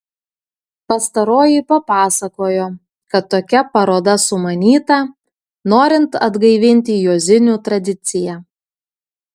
pastaroji papasakojo kad tokia paroda sumanyta norint atgaivinti juozinių tradiciją